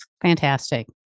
Fantastic